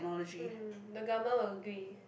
mm the government will agree